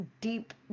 deep